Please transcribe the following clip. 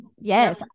Yes